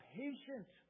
patient